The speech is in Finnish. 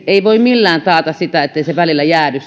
ei voida millään taata sitä ettei se vesi välillä jäädy